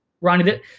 Ronnie